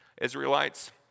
Israelites